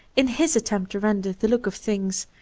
in his attempt to render the look of things,